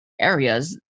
areas